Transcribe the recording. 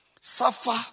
Suffer